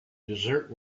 desert